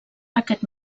aquest